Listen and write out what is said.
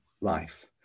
life